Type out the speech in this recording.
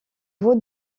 veau